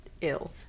ill